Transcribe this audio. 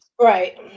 Right